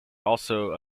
also